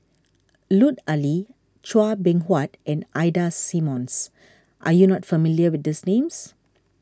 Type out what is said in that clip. Lut Ali Chua Beng Huat and Ida Simmons are you not familiar with these names